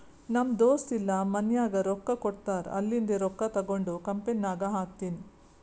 ನಮ್ ದೋಸ್ತ ಇಲ್ಲಾ ಮನ್ಯಾಗ್ ರೊಕ್ಕಾ ಕೊಡ್ತಾರ್ ಅಲ್ಲಿಂದೆ ರೊಕ್ಕಾ ತಗೊಂಡ್ ಕಂಪನಿನಾಗ್ ಹಾಕ್ತೀನಿ